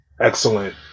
excellent